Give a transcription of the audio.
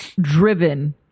driven